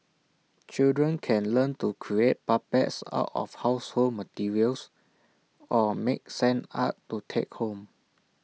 children can learn to create puppets out of household materials or make sand art to take home